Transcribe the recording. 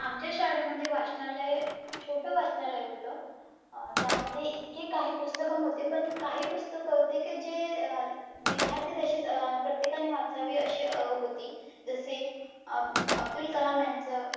आमच्या शाळेमध्येे वाचनालय छोटं वाचनालय होतं त्यामध्येे इतके काही पुस्तकं नव्हते पण काही पुस्तकं होते की जे विध्यार्थीदशेत प्रत्येकाने वाचावी अशी होती जसे अब अब्दुल कलाम यांचं